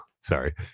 Sorry